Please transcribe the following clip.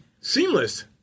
Seamless